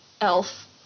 elf